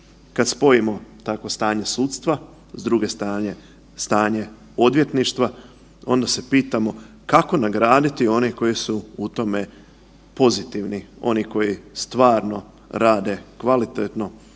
Kada spojimo takvo stanje sudstva, s druge strane odvjetništva onda se pitamo kako nagraditi koji su u tome pozitivni, oni koji stvarno rade kvalitetno